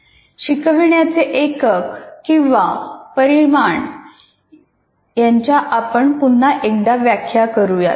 शिकवण्याचे एकक किंवा परिमाण याच्या आपण पुन्हा एकदा व्याख्या करूयात